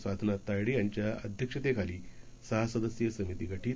साधनातायडेयांच्याअध्यक्षतेखालीसहासदस्यीयसमितीगठीत